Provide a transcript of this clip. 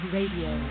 Radio